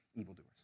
evildoers